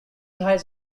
heights